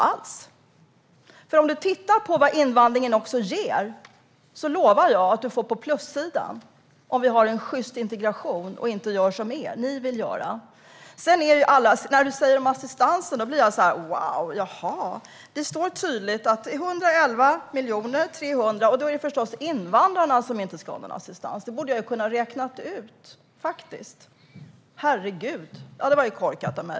Om du också tittar på vad invandringen ger lovar jag att du får på plussidan om vi har en sjyst integration och inte gör som ni vill göra. När du talar om assistansen säger jag: Wow! Jaha! Det står tydligt att det är 111 300 000. Det är förstås invandrarna som inte ska ha någon assistans. Det borde jag faktiskt ha kunnat räkna ut. Herregud! Ja, det var ju korkat av mig.